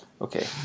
Okay